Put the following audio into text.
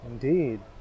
Indeed